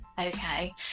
okay